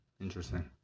Interesting